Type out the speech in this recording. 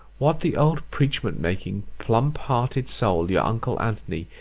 what the old preachment-making, plump-hearted soul, your uncle antony,